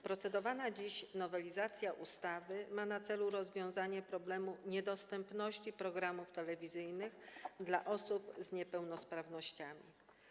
Procedowana dziś nowelizacja ustawy ma na celu rozwiązanie problemu niedostępności programów telewizyjnych dla osób z niepełnosprawnościami.